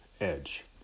edge